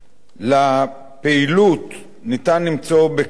לפעילות אפשר למצוא בכך